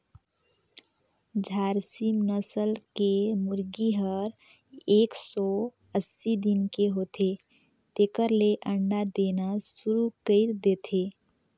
झारसिम नसल के मुरगी हर एक सौ अस्सी दिन के होथे तेकर ले अंडा देना सुरु कईर देथे